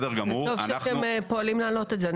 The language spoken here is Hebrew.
וטוב שאתם פועלים להעלות את זה.